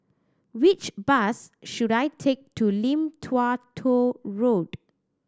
which bus should I take to Lim Tua Tow Road